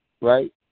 Right